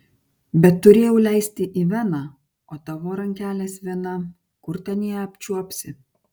bet turėjau leisti į veną o tavo rankelės vena kur ten ją apčiuopsi